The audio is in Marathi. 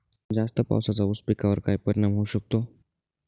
जास्त पावसाचा ऊस पिकावर काय परिणाम होऊ शकतो?